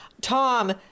Tom